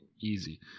easy